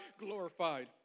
glorified